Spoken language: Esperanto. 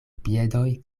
piedoj